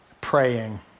praying